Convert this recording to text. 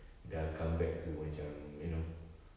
sudah come back to macam you know